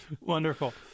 Wonderful